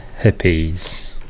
hippies